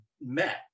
met